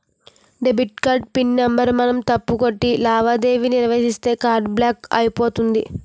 debit card pin number మనం తప్పు కొట్టి లావాదేవీ నిర్వహిస్తే కార్డు బ్లాక్ అయిపోతుంది